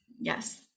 Yes